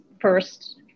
first